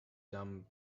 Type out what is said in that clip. dumb